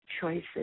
choices